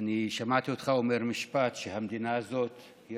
שמעתי אותך אומר משפט שהמדינה הזאת היא